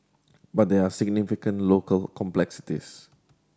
but there are significant local complexities